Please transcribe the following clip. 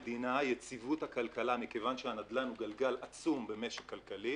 אלא יציבות הכלכלה מכיוון שהנדל"ן הוא גלגל עצום במשק כלכלי